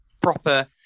proper